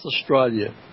Australia